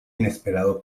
inesperado